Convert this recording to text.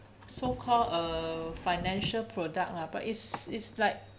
so called a financial product lah but it's it's like